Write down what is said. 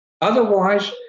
Otherwise